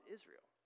Israel